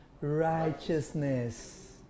Righteousness